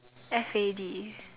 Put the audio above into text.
F A D